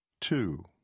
Two